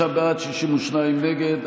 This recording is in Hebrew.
55 בעד, 63 נגד.